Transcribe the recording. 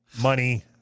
money